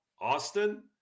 Austin